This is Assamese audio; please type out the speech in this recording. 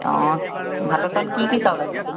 অঁ ভাতৰ চাউল কি কি চাউল আছে